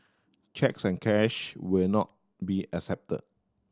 cheques and cash will not be accepted